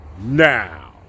now